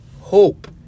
hope